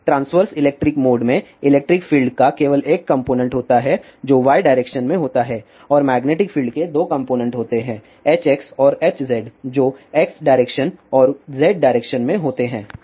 तो transverse electric mode में electric field का केवल एक कॉम्पोनेन्ट होता है जो y डायरेक्शन में होता है और मैग्नेटिक फील्ड के दो कॉम्पोनेन्ट होते हैं Hx और Hz जो x डायरेक्शन और z डायरेक्शन में होते हैं